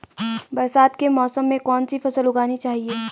बरसात के मौसम में कौन सी फसल उगानी चाहिए?